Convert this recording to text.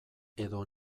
edo